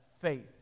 faith